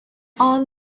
all